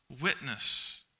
witness